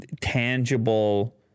tangible